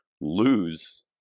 lose